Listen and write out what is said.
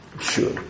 sure